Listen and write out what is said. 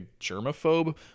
germaphobe